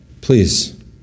please